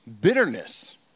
bitterness